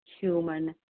human